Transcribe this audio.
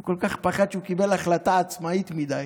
הוא כל כך פחד שהוא קיבל החלטה עצמאית מדי.